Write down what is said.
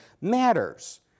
matters